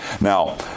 Now